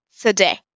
today